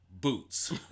boots